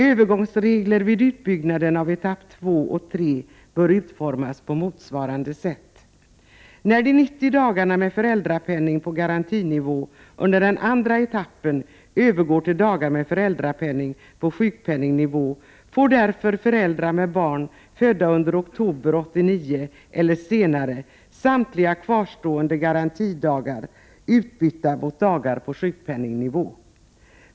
Övergångsregler vid utbyggnaden av etapp två och tre bör utformas på motsvarande sätt. När de 90 dagarna med föräldrapenning på garantinivå under den andra etappen övergår till dagar med föräldrapenning på sjukpenningnivå får därför föräldrar med barn födda under oktober 1989 eller senare samtliga kvarstående garantidagar utbytta mot dagar på sjukpenningnivå.